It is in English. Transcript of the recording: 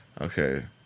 Okay